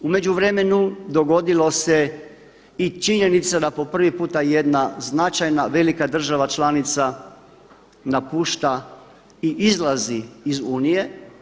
U međuvremenu dogodilo se i činjenica da po prvi puta jedna značajna velika država članica napušta i izlazi iz Unije.